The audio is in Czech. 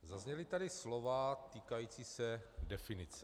Zazněla tady slova týkající se definice.